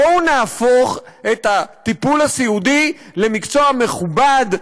בואו נהפוך את הטיפול הסיעודי למקצוע מכובד,